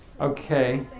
Okay